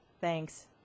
Thanks